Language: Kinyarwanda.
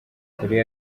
korea